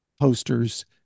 posters